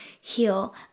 heal